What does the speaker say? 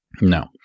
no